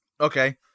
Okay